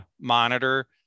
monitor